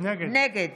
נגד